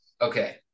Okay